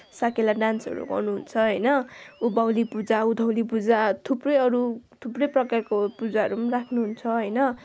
साकेला डान्सहरू गर्नुहुन्छ होइन उँभौली पूजा उँधौली पूजा थुप्रै अरू थुप्रै प्रकारको पूजाहरू पनि राख्नुहुन्छ होइन